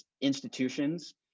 institutions